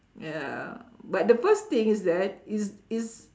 ya but the first thing is that is is